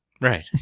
Right